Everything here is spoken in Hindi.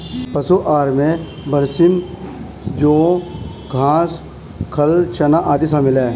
पशु आहार में बरसीम जौं घास खाल चना आदि शामिल है